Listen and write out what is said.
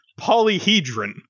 polyhedron